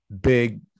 big